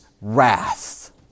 wrath